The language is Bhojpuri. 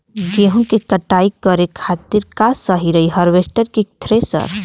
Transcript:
गेहूँ के कटाई करे खातिर का सही रही हार्वेस्टर की थ्रेशर?